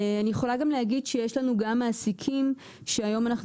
אני יכולה גם להגיד שיש לנו גם מעסיקים שהיום אנחנו